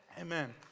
Amen